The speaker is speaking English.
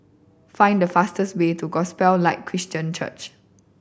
find the fastest way to Gospel Light Christian Church